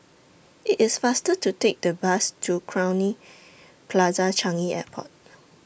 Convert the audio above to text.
IT IS faster to Take The Bus to Crowne Plaza Changi Airport